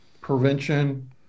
prevention